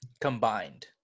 combined